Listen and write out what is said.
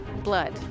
blood